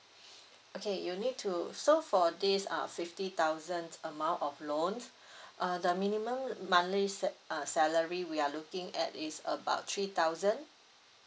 okay you need to so for this uh fifty thousand amount of loan uh the minimum l~ monthly sat~ uh salary we are looking at is about three thousand